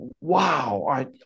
wow